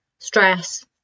stress